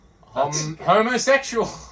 Homosexual